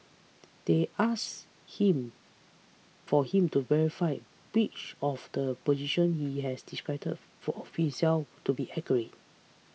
they asked him for him to verify which of the positions he has described for of himself to be accurate